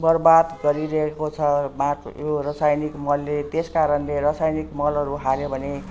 बर्बाद गरिरहेको छ माटो यो रासायनिक मलले त्यस कारण रासायनिक मलहरू हाल्यो भने